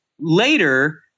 later